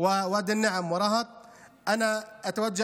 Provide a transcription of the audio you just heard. אנחנו עוברים